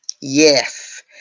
Yes